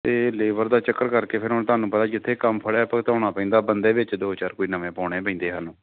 ਅਤੇ ਲੇਬਰ ਦਾ ਚੱਕਰ ਕਰਕੇ ਫਿਰ ਹੁਣ ਤੁਹਾਨੂੰ ਪਤਾ ਜਿੱਥੇ ਕੰਮ ਫੜਿਆ ਭੁਗਤਾਉਣਾ ਪੈਂਦਾ ਬੰਦੇ ਵਿੱਚ ਦੋ ਚਾਰ ਕੋਈ ਨਵੇਂ ਪਾਉਣੇ ਪੈਂਦੇ ਸਾਨੂੰ